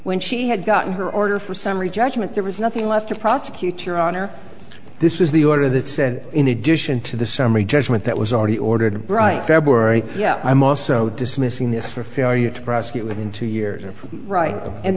when she had gotten her order for summary judgment there was nothing left to prosecute your honor this is the order that said in addition to the summary judgment that was already ordered bright february yeah i'm also dismissing this for failure to prosecute within two years or right and